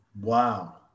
Wow